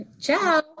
ciao